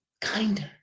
kinder